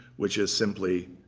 which is simply,